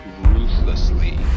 ruthlessly